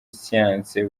siyansi